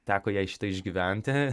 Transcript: teko jai šitą išgyventi